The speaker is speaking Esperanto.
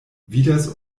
vidas